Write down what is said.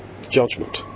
judgment